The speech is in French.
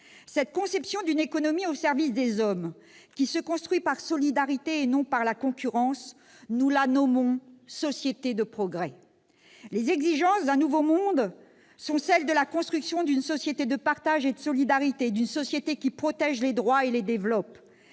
Cette conception d'une économie au service des hommes, qui se construit par solidarité et non par la concurrence, nous la nommons « société de progrès ». Les exigences d'un nouveau monde sont celles de la construction d'une société de partage et de solidarité, d'une société qui protège les droits et les développe.